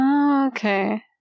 okay